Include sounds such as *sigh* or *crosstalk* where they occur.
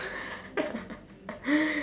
*laughs*